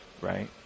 right